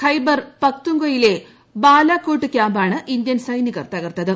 പൈബർ പക്തുംങ്കയിലെ ബലാക്കോട്ട് കൃാമ്പാണ് ഇന്ത്യൻ സൈനികർ തകർത്തത്